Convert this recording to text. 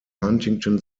huntington